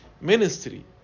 ministry